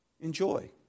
Enjoy